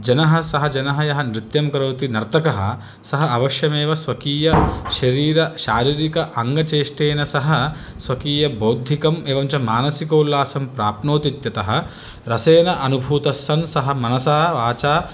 जनः सः जनः यः नृत्यं करोति नर्तकः सः अवश्यमेव स्वकीयशरीरशारीरिक अङ्गचेष्टेन सह स्वकीयबौद्धिकम् एवं च मानसिकोल्लासं प्राप्नोतित्यतः रसेन अनुभूतस्सन् सः मनसा वाचा